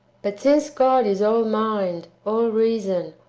but since god is all mind, all reason,